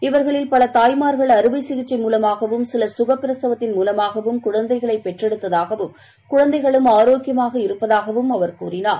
இவர்களில் பலதாய்மார்கள் அறுவைசிசிக்சை மூலமாகவும் சிவர் சுகப்பிரசவத்தின் மூலமாகவும் குழந்தைகளைபெற்றெடுத்தாகவும் குழந்தைகளும் ஆரோக்கியமாக இருப்பதாகவும் அவர் கூறினார்